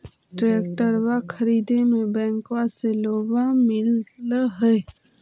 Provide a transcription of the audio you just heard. ट्रैक्टरबा खरीदे मे बैंकबा से लोंबा मिल है?